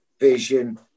vision